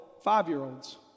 five-year-olds